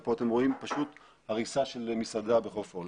ופה אתם רואים פשוט הריסה של מסעדה בחוף אולגה.